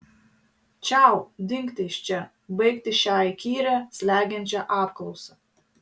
čiau dingti iš čia baigti šią įkyrią slegiančią apklausą